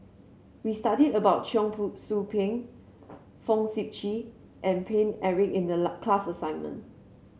we studied about Cheong Soo Pieng Fong Sip Chee and Paine Eric in the class assignment